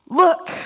look